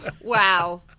Wow